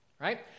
right